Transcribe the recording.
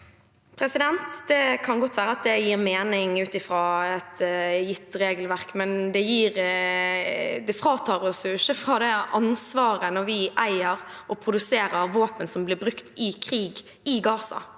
Det kan godt være at det gir mening ut ifra et gitt regelverk, men det fratar oss ikke ansvaret når vi eier og produserer våpen som blir brukt i krig i Gaza.